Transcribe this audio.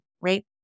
right